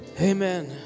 Amen